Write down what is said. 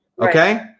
Okay